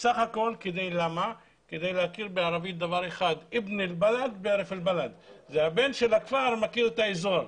זה כדי לדעת דבר אחד: הבן של הכפר מכיר את האזור.